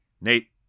Nate